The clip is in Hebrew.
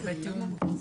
בתיאום עם המשרדים,